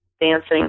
dancing